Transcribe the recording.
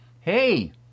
hey